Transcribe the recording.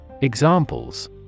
Examples